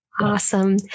Awesome